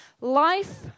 Life